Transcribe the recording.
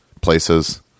places